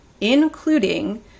including